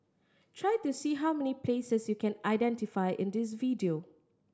try to see how many places you can identify in this video